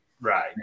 Right